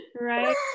right